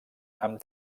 amb